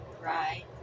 Right